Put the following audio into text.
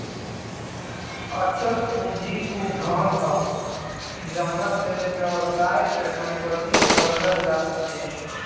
अचल पूंजी उ धन ह जावना से व्यवसाय के संपत्ति खरीदल जा सके